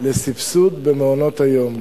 לסבסוד במעונות-היום,